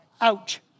Ouch